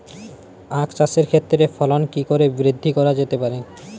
আক চাষের ক্ষেত্রে ফলন কি করে বৃদ্ধি করা যেতে পারে?